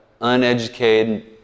Uneducated